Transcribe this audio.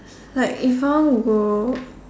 like if I want to go